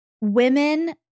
women